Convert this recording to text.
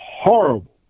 Horrible